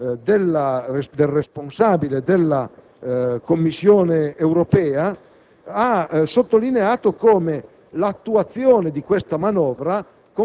del responsabile della Commissione europea ha sottolineato come l'attuazione di questa manovra